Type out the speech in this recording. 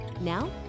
Now